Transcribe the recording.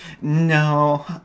no